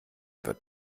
wird